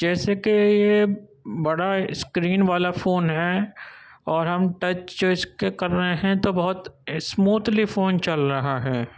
جیسے کہ یہ بڑا اسکرین والا فون ہے اور ہم ٹچ جو اس کے کر رہے ہیں تو بہت اسموتھلی فون چل رہا ہے